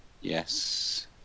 Yes